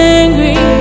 angry